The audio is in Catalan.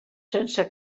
sense